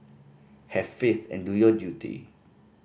have faith and do your duty